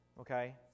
Okay